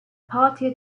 party